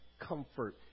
Comfort